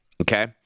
okay